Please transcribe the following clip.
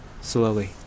slowly